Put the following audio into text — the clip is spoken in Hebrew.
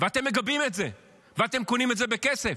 ואתם מגבים את זה ואתם קונים את זה בכסף.